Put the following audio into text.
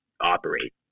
operate